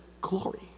glory